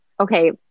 Okay